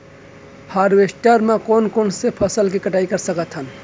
Harvester म कोन कोन से फसल के कटाई कर सकथन?